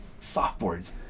softboards